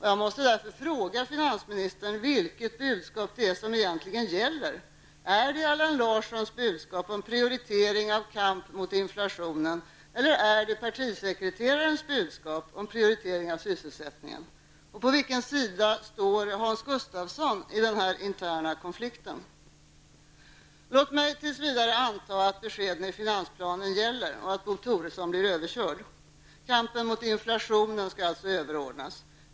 Jag måste därför fråga Allan Larsson: Vilket budskap är det som egentligen gäller -- är det Allan Larssons budskap om prioritering av kampen mot inflationen eller är det partisekreterarens budskap om prioritering av sysselsättningen? På vilken sida står Hans Gustafsson i denna interna konflikt? Låt mig tills vidare anta att beskeden i finansplanen gäller och att Bo Toresson blir överkörd. Kampen mot inflationen skall alltså överordnas.